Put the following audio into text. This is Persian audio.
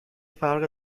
فرق